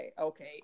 okay